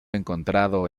encontrado